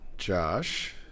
Josh